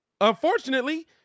Unfortunately